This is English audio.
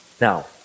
Now